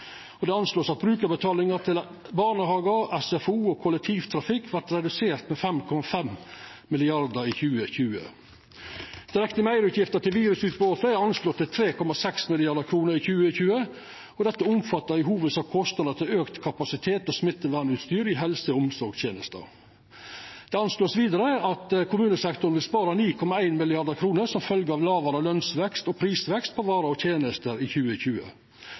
Det vert anslått at brukarbetalinga til barnehage, SFO og kollektivtrafikk vert redusert med 5,5 mrd. kr i 2020. Direkte meirutgifter til virusutbrotet er anslått til 3,6 mrd. kr i 2020, og dette omfattar i hovudsak kostnadar til auka kapasitet og smittevernutstyr i helse- og omsorgstenesta. Det vert vidare anslått at kommunesektoren vil spara 9,1 mrd. kr som følgje av lågare løns- og prisvekst på varer og tenester i 2020.